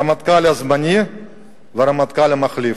הרמטכ"ל הזמני והרמטכ"ל המחליף.